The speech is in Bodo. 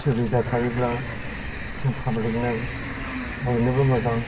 सुबिदा थायोब्ला जों पाब्लिकनो बयनोबो मोजां